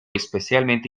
especialmente